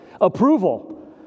Approval